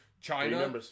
China